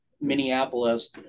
Minneapolis